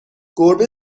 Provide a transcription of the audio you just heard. گربه